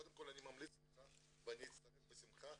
קודם כל אני ממליץ לך, ואצטרף בשמחה,